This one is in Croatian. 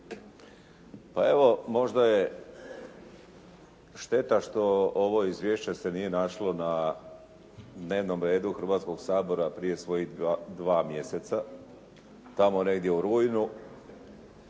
Pa evo možda je šteta što ovo izvješće se nije našlo na dnevnom redu Hrvatskog sabora prije kojih 2 mjeseca, tamo negdje u rujnu.